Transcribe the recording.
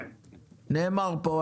נאמר פה,